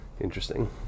Interesting